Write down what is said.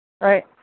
right